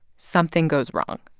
something goes wrong.